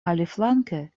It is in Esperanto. aliflanke